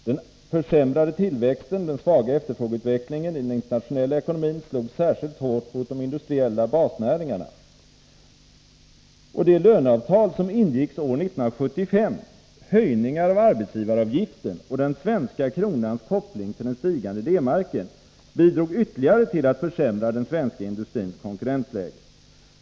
— Den försämrade tillväxten och den svaga efterfrågeutvecklingen i den internationella ekonomin slog särskilt hårt mot de industriella basnäringarna.” Det står vidare så här: ”Det löneavtal som ingicks år 1975, höjningar av arbetsgivaravgiften och den svenska kronans koppling till den stigande D-marken bidrog ytterligare till att försämra den svenska industrins konkurrensläge.